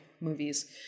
movies